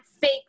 fake